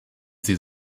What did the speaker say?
sie